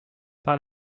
par